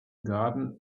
garden